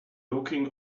looking